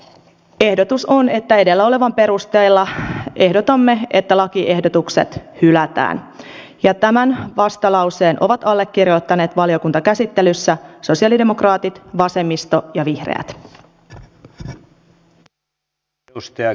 ehdotus on edellä olevan perusteella että lakiehdotukset hylätään ja tämän vastalauseen ovat allekirjoittaneet valiokuntakäsittelyssä sosialidemokraatit vasemmisto ja vihreät